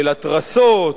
של התרסות,